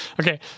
Okay